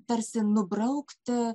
tarsi nubraukti